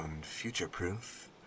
future-proof